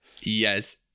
Yes